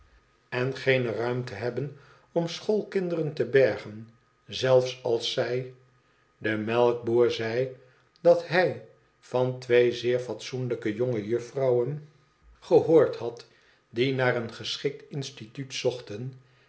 en geene ruimte hebben om schoolkinderen te bergen zelfs als zij de melkboer zei dat hij van twee zeer fatsoenlijke jonge juffrouwen had die naar een geschikt instituut zochten